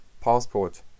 passport